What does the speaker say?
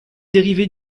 dérivé